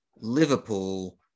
Liverpool